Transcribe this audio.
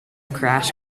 crash